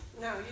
No